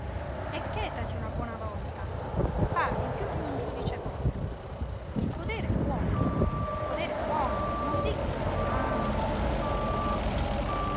là e chétati una buona volta parli piú d'un giudice povero il podere è buono il podere è buono non dico di no ma ma